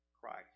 Christ